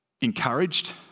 Encouraged